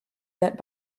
that